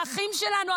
האחים שלנו,